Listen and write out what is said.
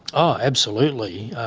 ah absolutely,